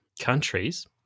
countries